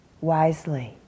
wisely